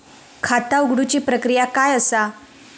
खाता उघडुची प्रक्रिया काय असा?